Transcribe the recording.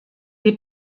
est